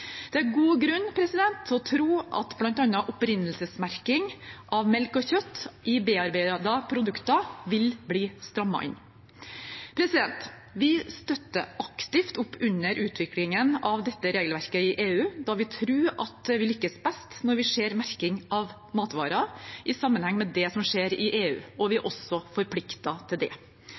Det er god grunn til å tro at bl.a. opprinnelsesmerking av melk og kjøtt i bearbeidede produkter vil bli strammet inn. Vi støtter aktivt opp under utviklingen av dette regelverket i EU, da vi tror at vi lykkes best når vi ser merking av matvarer i sammenheng med det som skjer i EU. Vi er også forpliktet til det.